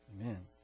Amen